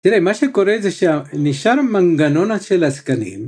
תראה, מה שקורה זה שנשאר מנגנון של עסקנים.